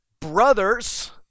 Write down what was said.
brothers